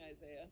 Isaiah